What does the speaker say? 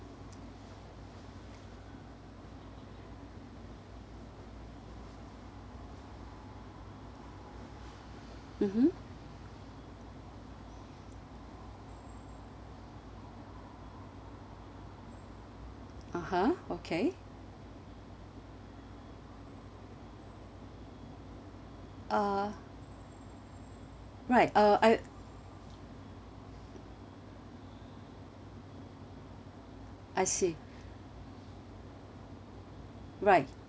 mmhmm (uh huh) okay uh right uh I I see right